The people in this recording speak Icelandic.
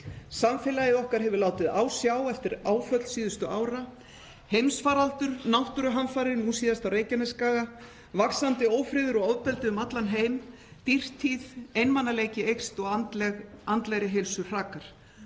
Samfélagið okkar hefur látið á sjá eftir áföll síðustu ára; heimsfaraldur, náttúruhamfarir, nú síðast á Reykjanesskaga, vaxandi ófriður og ofbeldi um allan heim, dýrtíð, einmanaleiki eykst og andlegri heilsu hrakar.